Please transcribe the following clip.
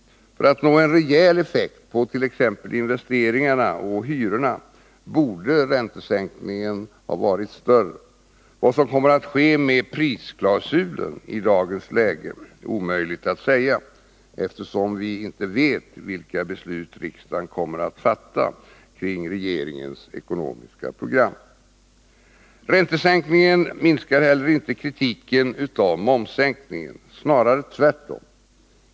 För att nå rejäl effekt på t.ex. investeringarna och hyrorna borde räntesänkningen ha varit större. Vad som kommer att ske med prisklausulen är i dagens läge omöjligt att säga, eftersom vi inte vet vilka beslut riksdagen kommer att fatta kring regeringens ekonomiska program. Räntesänkningen minskar inte heller kritiken av momssänkningen, snarare tvärtom.